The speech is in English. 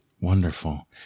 Wonderful